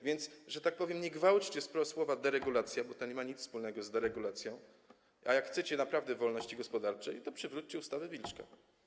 Więc, że tak powiem, nie gwałćcie słowa „deregulacja”, bo to nie ma nic wspólnego z deregulacją, a jak chcecie naprawdę wolności gospodarczej, to przywróćcie ustawę Wilczka.